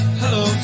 hello